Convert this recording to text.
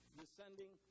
descending